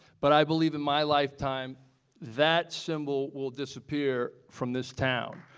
but i believe in my lifetime that symbol will disappear from this town,